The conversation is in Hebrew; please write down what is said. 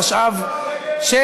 התשע"ו 2016,